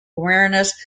awareness